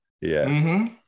Yes